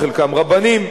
חלקם רבנים,